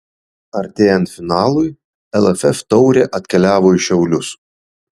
artėjant finalui lff taurė atkeliavo į šiaulius